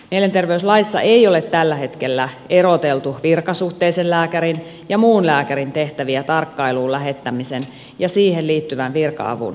mielenterveyslaissa ei ole tällä hetkellä eroteltu virkasuhteisen lääkärin ja muun lääkärin tehtäviä tarkkailuun lähettämisen ja siihen liittyvän virka avun osalta